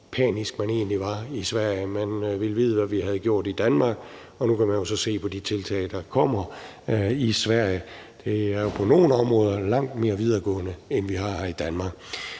panisk man egentlig var i Sverige. Man ville vide, hvad vi havde gjort i Danmark. Og nu kan man jo så se på de tiltag, der kommer i Sverige, at det på nogle områder er langt mere videregående end her i Danmark.